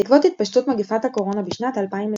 בעקבות התפשטות מגפת הקורונה בשנת 2020,